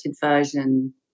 version